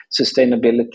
sustainability